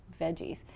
veggies